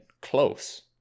close